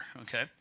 okay